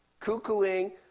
cuckooing